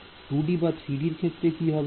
2D বা 3D ক্ষেত্রে কি হবে